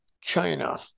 China